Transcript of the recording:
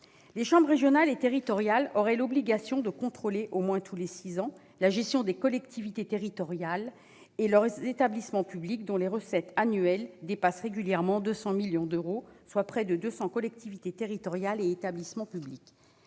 Les chambres régionales et territoriales auraient l'obligation de contrôler, au moins tous les six ans, la gestion des collectivités territoriales et de leurs établissements publics dont les recettes annuelles dépassent régulièrement 200 millions d'euros, soit près de 200 collectivités territoriales et établissements publics.